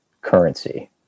currency